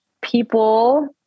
people